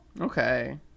Okay